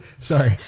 sorry